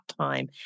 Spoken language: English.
time